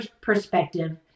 perspective